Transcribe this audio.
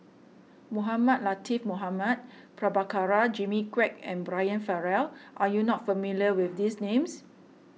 Mohamed Latiff Mohamed Prabhakara Jimmy Quek and Brian Farrell are you not familiar with these names